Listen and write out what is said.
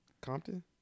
Compton